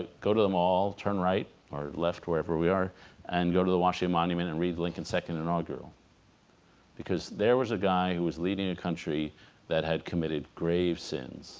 ah go to them all turn right or left wherever we are and go to the washington monument and read lincoln's second inaugural because there was a guy who was leading a country that had committed grave sins